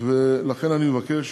לכן אני מבקש